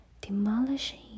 Demolishing